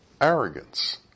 arrogance